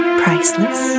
priceless